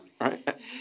Right